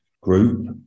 group